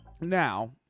Now